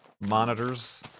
monitors